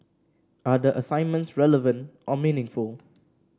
are the assignments relevant or meaningful